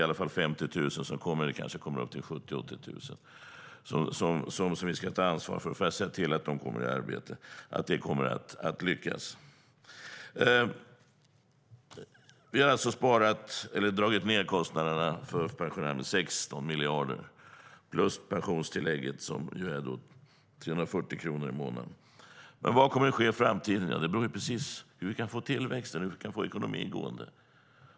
Det är 50 000 som kommer, kanske upp till 70 000-80 000, som vi ska se till att vi kommer att lyckas med att ta ansvar för och se till att de kommer i arbete. Vi har alltså dragit ned kostnaderna för pensionärerna med 16 miljarder, plus pensionstillägget som är 340 kronor i månaden. Vad kommer att ske i framtiden? Det beror på hur vi kan få tillväxt och hur vi kan få ekonomin gående.